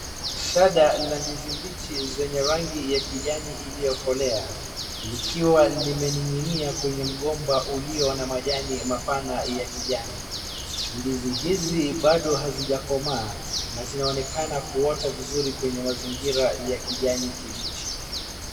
Shada la ndizi mbichi zenye rangi ya kijani iliyokolea, likiwa limening'inia kwenye mgomba ulio na majani mapana ya kijani. Ndizi hizi bado hazijakomaa na zinaonekana kuota vizuri kwenye mazingira ya kijani kibichi.